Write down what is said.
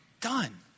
done